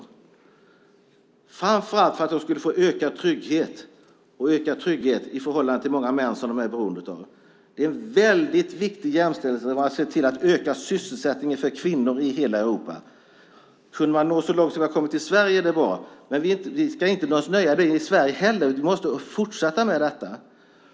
Det är framför allt för att de skulle få ökad trygghet i förhållande till många män som de är beroende av. Det är en väldigt viktig jämställdhetsfråga att se till att öka sysselsättningen för kvinnor i hela Europa. Kunde vi nå så långt som vi har nått i Sverige vore det bra. Men vi ska inte heller låta oss nöja i Sverige. Vi måste fortsätta med detta.